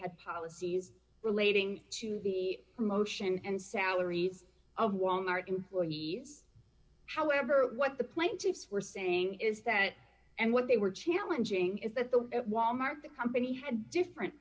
had policies relating to the promotion and salaries of wal mart employees however what the plaintiffs were saying is that and what they were challenging is that the at wal mart the company had different